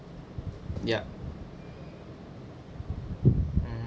yeah mmhmm